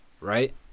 right